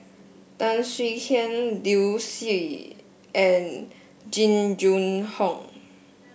Tan Swie Hian Liu Si and Jing Jun Hong